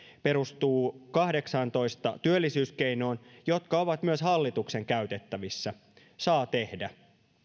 perustuu kahdeksaantoista työllisyyskeinoon jotka ovat myös hallituksen käytettävissä saa tehdä